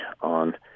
on